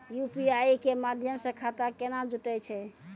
UPI के माध्यम से खाता केना जुटैय छै?